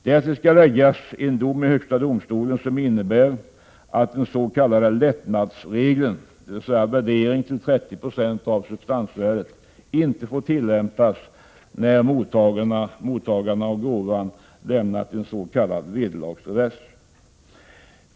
Därtill skall läggas en dom i högsta domstolen som innebär att den s.k. lättnadsregeln — dvs. värdering till 30 96 av substansvärdet — inte får tillämpas när mottagaren av gåvan lämnat en s.k. vederlagsrevers.